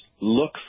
look